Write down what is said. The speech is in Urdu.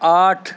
آٹھ